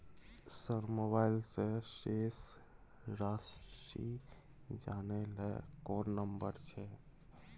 Sir mobile से शेस राशि जानय ल कोन नंबर छै?